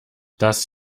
das